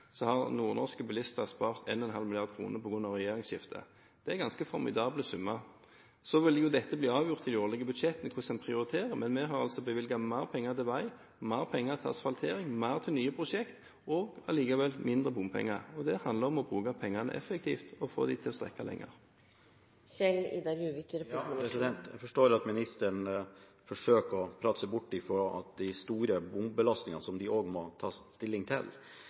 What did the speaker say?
Så vil det jo bli avgjort i de årlige budsjettene hvordan vi prioriterer, men vi har altså bevilget mer penger til vei, mer penger til asfaltering, mer til nye prosjekter – og allikevel mindre bompenger. Det handler om å bruke pengene effektivt og få dem til å strekke lenger. Jeg forstår at ministeren forsøker å prate seg bort fra de store bombelastningene som de også må ta stilling til.